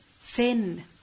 Sin